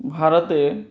भारते